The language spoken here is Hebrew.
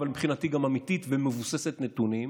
אבל מבחינתי היא גם אמיתית ומבוססת נתונים: